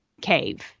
cave